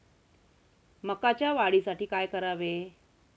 मकाच्या वाढीसाठी काय करावे?